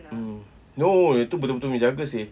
mm no itu betul-betul menjaga seh